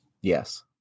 yes